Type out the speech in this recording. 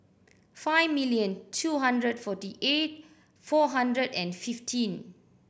five million two hundred forty eight four hundred and fifteen